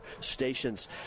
stations